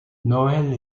noël